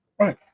right